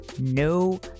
no